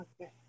Okay